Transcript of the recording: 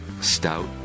stout